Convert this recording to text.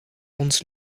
ons